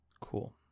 cool